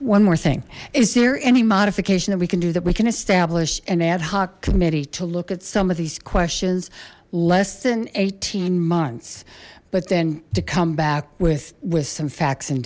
one more thing is there any modification that we can do that we can establish an ad hoc committee to look at some of these questions less than eighteen months but then to come back with with some facts and